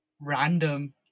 random